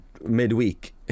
midweek